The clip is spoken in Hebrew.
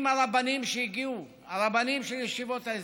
עם הרבנים שהגיעו, הרבנים של ישיבות ההסדר,